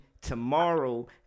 tomorrow